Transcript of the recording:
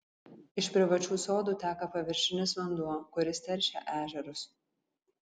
iš privačių sodų teka paviršinis vanduo kuris teršia ežerus